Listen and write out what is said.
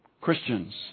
Christians